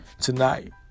tonight